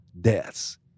deaths